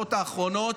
השעות האחרונות,